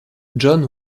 john